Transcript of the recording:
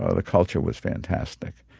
ah the culture was fantastic.